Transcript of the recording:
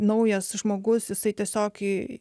naujas žmogus jisai tiesiog kai